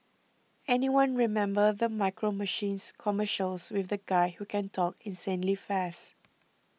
anyone remember the Micro Machines commercials with the guy who can talk insanely fast